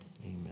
Amen